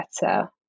better